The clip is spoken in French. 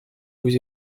vous